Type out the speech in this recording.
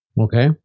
Okay